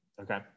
Okay